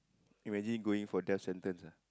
imagine going for death sentence ah